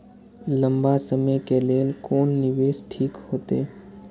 लंबा समय के लेल कोन निवेश ठीक होते?